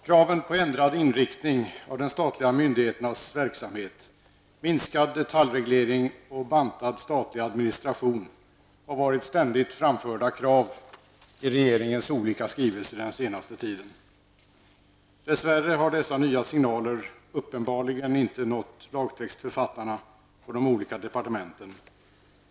Herr talman! Ändrad inriktning av de statliga myndigheternas verksamhet, minskad detaljreglering och bantad statlig administration har varit ständigt framförda krav i regeringens olika skrivelser den senaste tiden. Dess värre har dessa nya signaler uppenbarligen inte nått lagtextförfattarna på de olika departementen.